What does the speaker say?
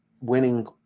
winning